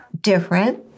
different